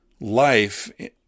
life